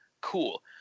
Cool